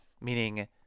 meaning